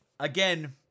Again